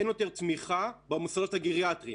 אין יותר תמיכה במוסדות הגריאטריים.